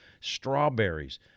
strawberries